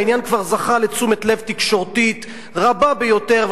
העניין כבר זכה לתשומת לב תקשורתית רבה ביותר,